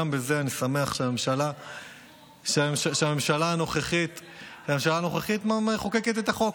גם בזה אני שמח שהממשלה הנוכחית מחוקקת את החוק.